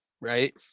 right